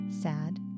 sad